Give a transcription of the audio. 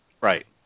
Right